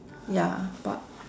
ya but